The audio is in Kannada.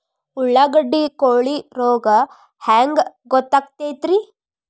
ಉಳ್ಳಾಗಡ್ಡಿ ಕೋಳಿ ರೋಗ ಹ್ಯಾಂಗ್ ಗೊತ್ತಕ್ಕೆತ್ರೇ?